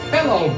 Hello